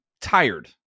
tired